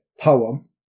poem